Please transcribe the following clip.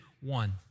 One